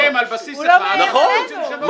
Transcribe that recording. הוא לא מאיים עלינו.